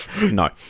No